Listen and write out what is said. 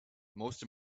most